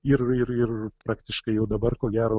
ir ir ir praktiškai jau dabar ko gero